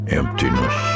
emptiness